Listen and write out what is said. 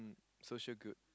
social good